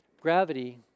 Gravity